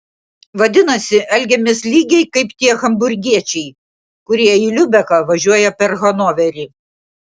vadinasi elgiamės lygiai kaip tie hamburgiečiai kurie į liubeką važiuoja per hanoverį